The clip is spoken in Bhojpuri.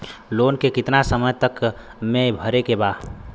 लोन के कितना समय तक मे भरे के बा?